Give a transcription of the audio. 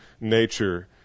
nature